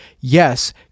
Yes